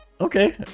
Okay